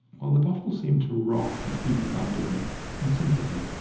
while the bottle seemed to rock and heave under him in sympathy.